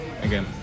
again